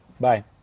Bye